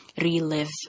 relive